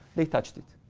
they touched it.